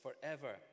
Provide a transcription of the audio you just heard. forever